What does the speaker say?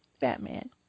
Batman